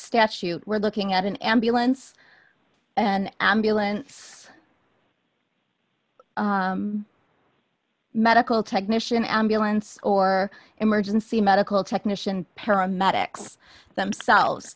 statute we're looking at an ambulance and ambulance medical technician ambulance or emergency medical technician paramedics themselves